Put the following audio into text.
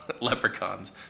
leprechauns